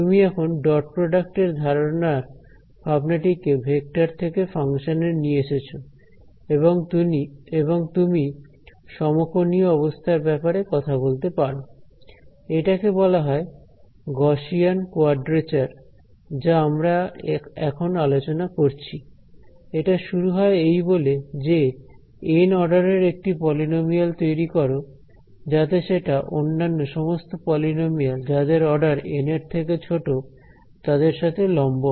তুমি এখন dot product এর ধারনার ভাবনাটিকে ভেক্টর থেকে ফাংশানে নিয়ে এসেছো এবং তুমি সমকোণীয় অবস্থার ব্যাপারে কথা বলতে পারো এটাকে বলা হয় গসিয়ান কোয়াড্রেচার যা আমরা এখন আলোচনা করছি এটা শুরু হয় এই বলে যে এন অর্ডারের একটা পলিনোমিয়াল তৈরি করো যাতে সেটা অন্যান্য সমস্ত পলিনোমিয়াল যাদের অর্ডার এন এর থেকে ছোট তাদের সাথে লম্ব হয়